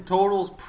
Totals